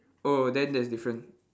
oh then there's difference